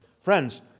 Friends